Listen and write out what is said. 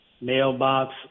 mailbox